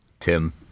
Tim